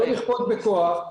לא לכפות בכוח.